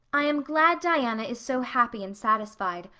i am glad diana is so happy and satisfied.